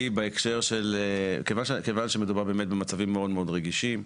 היא כיוון שמדובר באמת במצבים מאוד מאוד רגישים,